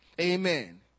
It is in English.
Amen